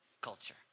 culture